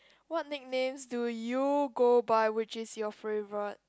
what nicknames do you go by which is your favourite